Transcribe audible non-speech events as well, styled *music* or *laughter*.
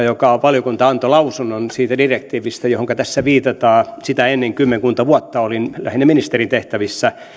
*unintelligible* joka antoi lausunnon siitä direktiivistä johonka tässä viitataan sitä ennen kymmenkunta vuotta olin lähinnä ministerin tehtävissä